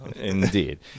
Indeed